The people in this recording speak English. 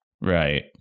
Right